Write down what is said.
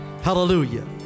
Hallelujah